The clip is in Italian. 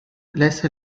lesse